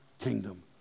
kingdom